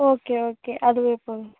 okay okay அதுவே போதும்